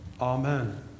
Amen